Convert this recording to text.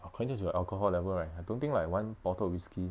according to your alcohol level right I don't think like one bottle whisky